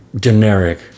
generic